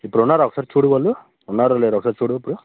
ఇప్పుడున్నారా ఒకసారి చూడు వాళ్ళు ఉన్నారో లేరో ఒకసారి చూడు ఇప్పుడు